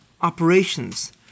operations